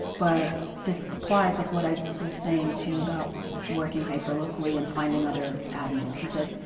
but this applies with what i was saying, too, about working hyper-locally and finding other avenues. he says,